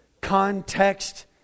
Context